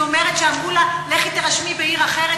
אומרת שאמרו לה: לכי תירשמי בעיר אחרת,